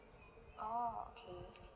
oh okay